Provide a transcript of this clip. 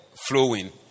flowing